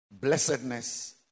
blessedness